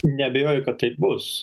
neabejoju kad tai bus